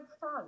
fun